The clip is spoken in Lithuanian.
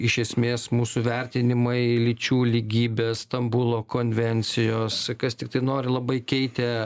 iš esmės mūsų vertinimai lyčių lygybės stambulo konvencijos kas tiktai nori labai keitė